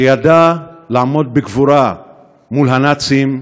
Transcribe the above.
שידע לעמוד בגבורה מול הנאצים,